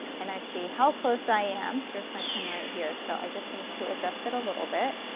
and i see how close i am' here's my pen right here, so i just need to adjust it a little bit,